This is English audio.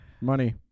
Money